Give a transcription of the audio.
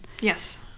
Yes